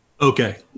okay